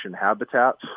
habitats